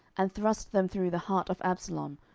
and thrust them through the heart of absalom,